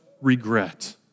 regret